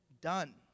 done